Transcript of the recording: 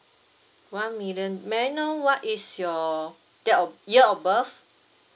one million may I know what is your date of year of birth